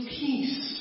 peace